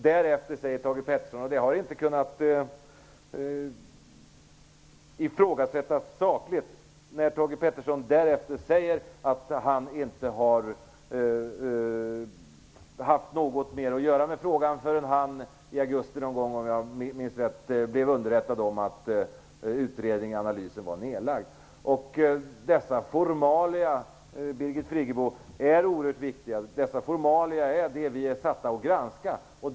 Detta kan den lässugne konstatera efter denna debatt. Därefter säger Thage G Peterson att han inte har haft något mer att göra med frågan innan han i augusti någon gång, om jag minns rätt, blev underrättad om att utredningen och analysen var nedlagd. Detta har inte sakligt kunnat ifrågasättas. Dessa formalia, Birgit Friggebo, är oerhört viktiga. Dessa formalia är vi satta att granska.